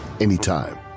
anytime